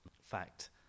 fact